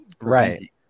right